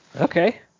Okay